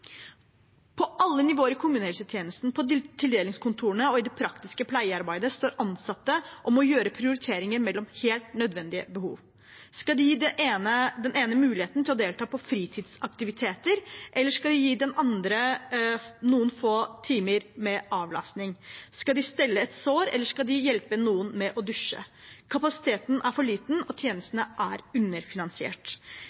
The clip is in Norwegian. På alle nivåer i kommunehelsetjenesten, på tildelingskontorene og i det praktiske pleiearbeidet står ansatte og må gjøre prioriteringer mellom helt nødvendige behov. Skal de gi den ene muligheten til å delta på fritidsaktiviteter, eller skal de gi den andre noen få timer med avlastning? Skal de stelle et sår, eller skal de hjelpe noen med å dusje? Kapasiteten er for liten, og